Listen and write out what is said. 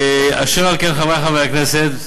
אשר על כן, חברי חברי הכנסת,